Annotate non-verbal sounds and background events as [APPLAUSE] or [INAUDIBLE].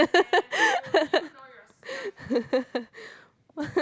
[LAUGHS]